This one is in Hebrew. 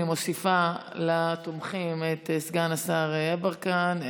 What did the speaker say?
אני מוסיפה לתומכים את סגן השר יברקן,